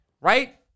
right